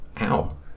Ow